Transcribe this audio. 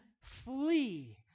flee